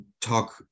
talk